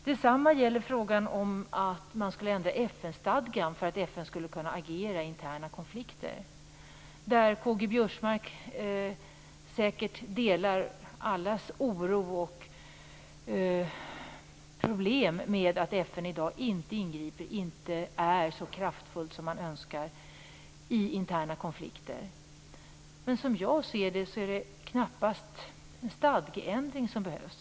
Detsamma gäller frågan om ändring av FN stadgan för att FN skall kunna agera i interna konflikter. Vi delar säkert alla K-G Biörsmarks oro över att FN i dag inte ingriper så kraftfullt som vi önskar i interna konflikter. Som jag ser det är det dock knappast en stadgeändring som behövs.